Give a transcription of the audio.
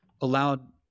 allowed